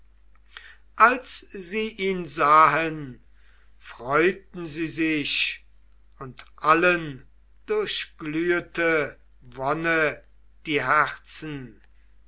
als sie ihn sahen freuten sie sich und allen durchglühete wonne die herzen